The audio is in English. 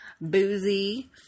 boozy